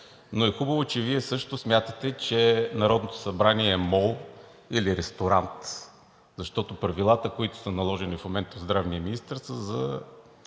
Но е хубаво, че Вие също смятате, че Народното събрание е мол или ресторант, защото правилата, които са наложени в момента от здравния министър, са за